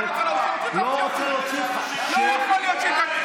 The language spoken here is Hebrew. לא אמרתי לך לצאת.